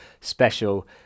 special